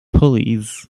pulleys